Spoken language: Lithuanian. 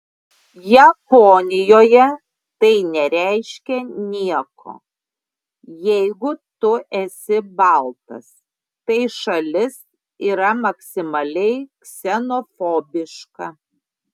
japonijoje tai nereiškia nieko jeigu tu esi baltas tai šalis yra maksimaliai ksenofobiška